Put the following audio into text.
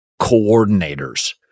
coordinators